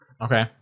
Okay